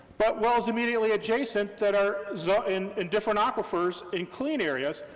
but wells immediately adjacent that are so in in different aquifers in clean areas,